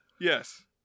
yes